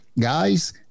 guys